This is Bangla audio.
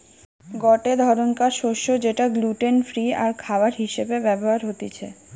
গটে ধরণকার শস্য যেটা গ্লুটেন ফ্রি আরখাবার হিসেবে ব্যবহার হতিছে